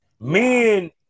Men